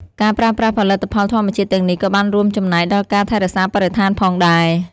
ការប្រើប្រាស់ផលិតផលធម្មជាតិទាំងនេះក៏បានរួមចំណែកដល់ការថែរក្សាបរិស្ថានផងដែរ។